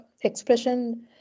expression